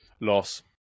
Loss